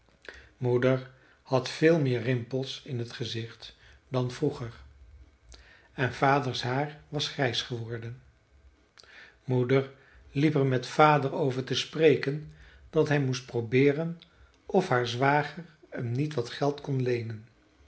moeder had veel meer rimpels in t gezicht dan vroeger en vaders haar was grijs geworden moeder liep er met vader over te spreken dat hij moest probeeren of haar zwager hem niet wat geld kon leenen